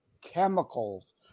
chemicals